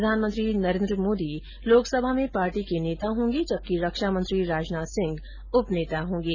प्रधानमंत्री नरेंद्र मोदी लोकसभा में पार्टी के नेता होंगे जबकि रक्षा मंत्री राजनाथ सिंह उप नेता होंगे